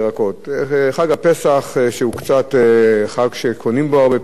בחג הפסח, שהוא חג שקונים בו הרבה פירות וירקות,